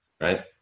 right